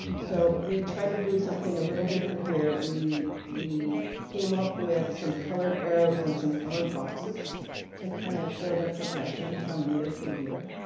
so we tried to do something a little different here. we we came up with some colored arrows and some colored boxes to kind of show the progression from year to year.